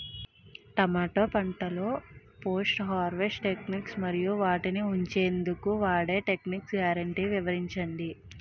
టమాటా పంటలో post harvest techniques మరియు వాటిని ఉంచెందుకు వాడే టెక్నిక్స్ గ్యారంటీ వివరించండి?